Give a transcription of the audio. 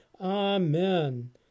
Amen